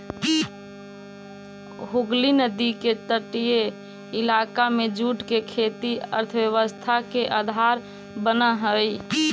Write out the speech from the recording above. हुगली नदी के तटीय इलाका में जूट के खेती अर्थव्यवस्था के आधार बनऽ हई